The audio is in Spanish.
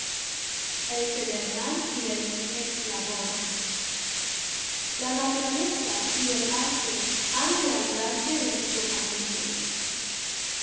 el pedernal y el eslabón la naturaleza y el arte han de ayudarse reciprocamente